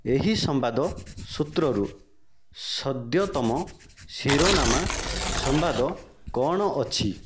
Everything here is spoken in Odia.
ଏହି ସମ୍ବାଦ ସୂତ୍ରରୁ ସଦ୍ୟତମ ଶିରୋନାାମା ସମ୍ବାଦ କ'ଣ ଅଛି